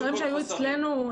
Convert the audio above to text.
אני מתנצל על האיחור הקל.